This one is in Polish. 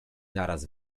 naraz